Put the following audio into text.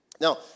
Now